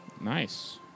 Nice